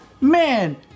man